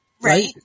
Right